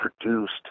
produced